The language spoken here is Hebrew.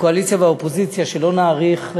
הקואליציה והאופוזיציה, שלא נאריך,